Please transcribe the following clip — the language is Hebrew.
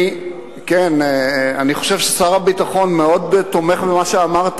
אני חושב ששר הביטחון מאוד תומך במה שאמרת,